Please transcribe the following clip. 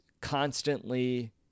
constantly